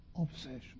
obsession